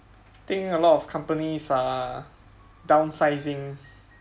think a lot of companies are down sizing